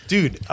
Dude